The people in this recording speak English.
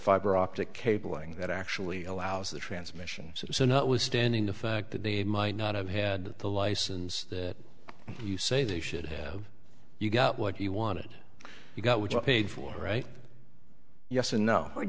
fiber optic cable going that actually allows the transmission so not withstanding the fact that they might not have had the license that you say they should have you got what you wanted you got which paid for right yes and no i